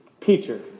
teacher